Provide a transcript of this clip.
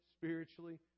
spiritually